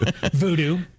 Voodoo